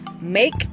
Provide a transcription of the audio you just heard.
Make